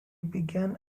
began